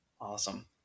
Awesome